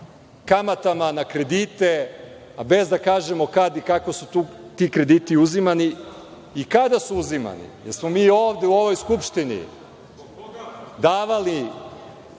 kamatama na kredite, a bez da kažemo kad i kako su ti krediti uzimani i kada su uzimani, jer smo mi ovde u ovoj Skupštini davali